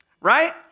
Right